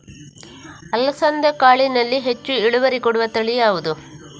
ಅಲಸಂದೆ ಕಾಳಿನಲ್ಲಿ ಹೆಚ್ಚು ಇಳುವರಿ ಕೊಡುವ ತಳಿ ಯಾವುದು?